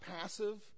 passive